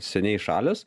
seniai įšalęs